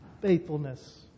faithfulness